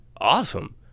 Awesome